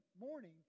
morning